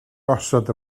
osod